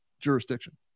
jurisdiction